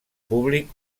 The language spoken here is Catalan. públic